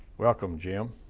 welcome, jim.